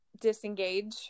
disengage